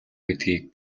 гэдгийг